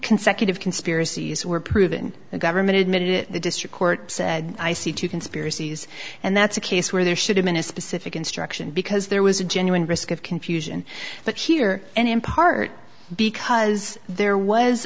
consecutive conspiracies were proven the government admitted it the district court said i see two conspiracies and that's a case where there should have been a specific instruction because there was a genuine risk of confusion but here and in part because there was